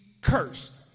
cursed